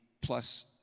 plus